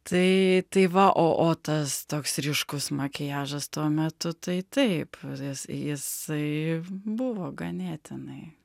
tai tai va o o tas toks ryškus makiažas tuo metu tai taip nes jis jisai buvo ganėtinai